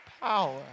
power